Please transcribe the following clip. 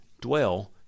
dwell